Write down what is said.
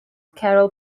carol